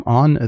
on